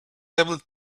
level